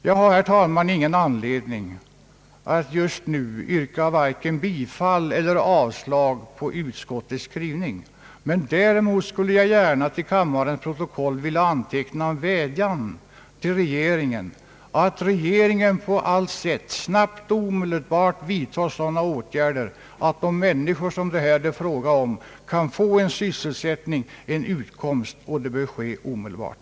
Jag har, herr talman, ingen anledning att just nu yrka vare sig bifall eller avslag på utskottets skrivning, men däremot skulle jag gärna till kammarens protokol vilja anteckna en vädjan till regeringen, att denna på allt sätt snabbt och omedelbart vidtar sådana åtgärder att de människor som det här är fråga om kan få en sysselsättning, en utkomst, och det bör ske omedelbart.